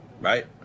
right